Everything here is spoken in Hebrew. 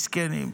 מסכנים.